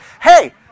Hey